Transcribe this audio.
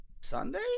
Sunday